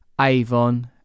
Avon